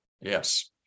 Yes